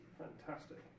fantastic